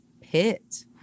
pit